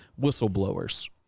whistleblowers